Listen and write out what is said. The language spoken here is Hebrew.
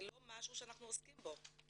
זה לא משהו שאנחנו עוסקים בו.